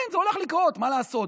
כן, זה הולך לקרות, מה לעשות.